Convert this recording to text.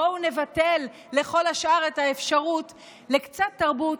בואו נבטל לכל השאר את האפשרות לקצת תרבות,